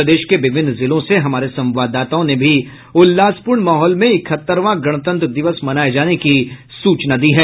प्रदेश के विभिन्न जिलों से हमारे संवाददाताओं ने भी उल्लासपूर्ण माहौल में इकहत्तरवां गणतंत्र दिवस मनाये जाने की सूचना दी है